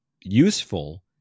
useful